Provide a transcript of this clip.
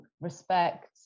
respect